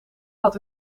had